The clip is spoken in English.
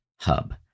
Hub